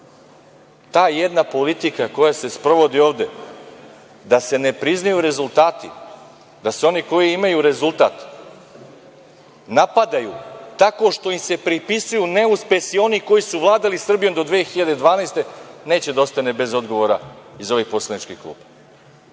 Ta jedna politika koja se sprovodi ovde da se ne priznaju rezultati, da se oni koji imaju rezultat napadaju tako što im se pripisuju neuspesi onih koji su vladali Srbijom do 2012. godine, neće da ostane bez odgovora iz ovih poslaničkih